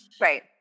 Right